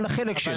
על החלק שלו.